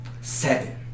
Seven